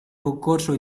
concorso